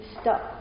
stuck